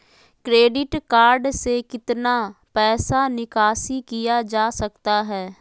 Credit card से कितना पैसा निकासी किया जा सकता है?